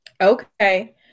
Okay